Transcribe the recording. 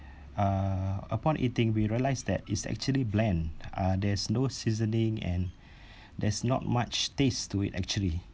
uh upon eating we realised that it's actually bland uh there's no seasoning and there's not much taste to it actually